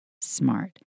smart